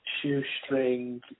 shoestring